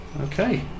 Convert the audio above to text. Okay